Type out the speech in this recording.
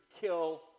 kill